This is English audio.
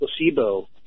placebo